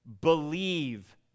believe